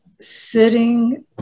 sitting